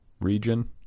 region